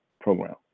program